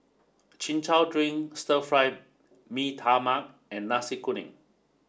Chin Chow Drink Stir Fry Mee Tai Mak and Nasi Kuning